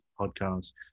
podcast